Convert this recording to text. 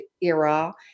era